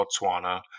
Botswana